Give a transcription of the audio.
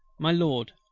my lord,